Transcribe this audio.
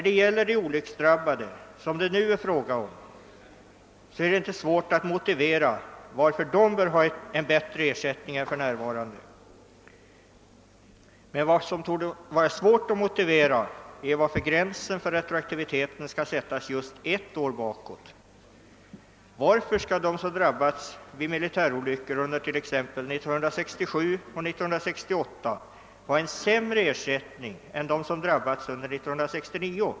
Det är inte svårt att motivera varför de olycksdrabbade som det nu är fråga om bör ha en bättre ersättning än för närvarande, men det torde vara svårt att motivera varför gränsen för retroaktivitet skall sättas just ett år bakåt. Varför skall de som drabbats av militärolyckor under t.ex. 1967 och 1968 ha en sämre ersättning än de som drabbats under 1969?